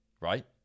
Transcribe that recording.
Right